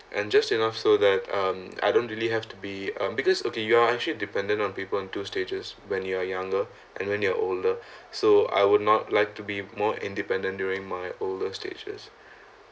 and just enough so that um I don't really have to be uh because okay you are actually dependent on people in two stages when you are younger and when you're older so I would not like to be more independent during my older stages